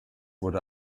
wurde